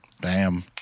Bam